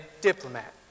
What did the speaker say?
diplomat